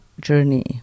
journey